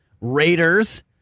raiders